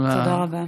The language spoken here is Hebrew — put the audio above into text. תודה רבה.